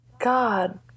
God